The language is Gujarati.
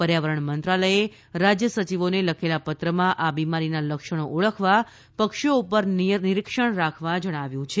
પર્યાવરણ મંત્રાલયે રાજ્ય સચિવોને લખેલા પત્રમાં આ બિમારીના લક્ષણો ઓળખવા પક્ષીઓ પર નિરીક્ષણ રાખવા જણાવ્યું છે